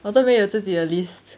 我都没有自己的 list